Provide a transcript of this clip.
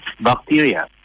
bacteria